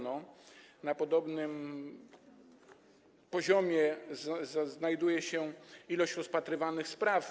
Na podobnym poziomie znajduje się ilość, czas rozpatrywania spraw.